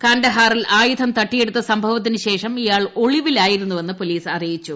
കാണ്ഡഹാറിൽ ആയുധ തട്ടിയെടുത്ത സംഭവത്തിന് ശേഷം ഇയാൾ ഒളിവിലായിരുന്നുവെന്ന് പോലീസ് അറിയിച്ചു